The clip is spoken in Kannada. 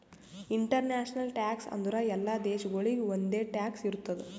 ಇಂಟರ್ನ್ಯಾಷನಲ್ ಟ್ಯಾಕ್ಸ್ ಅಂದುರ್ ಎಲ್ಲಾ ದೇಶಾಗೊಳಿಗ್ ಒಂದೆ ಟ್ಯಾಕ್ಸ್ ಇರ್ತುದ್